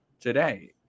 today